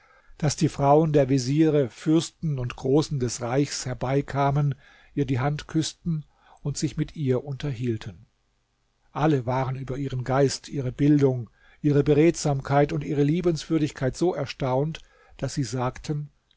daß die frauen der veziere fürsten und großen des reichs herbeikamen ihr die hand küßten und sich mit ihr unterhielten alle waren über ihren geist ihre bildung ihre beredsamkeit und ihre liebenswürdigkeit so erstaunt daß sie sagten